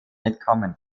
entkommen